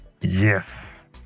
Yes